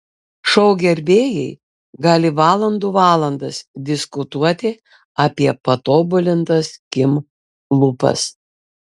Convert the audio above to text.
šou gerbėjai gali valandų valandas diskutuoti apie patobulintas kim lūpas